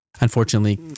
unfortunately